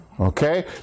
Okay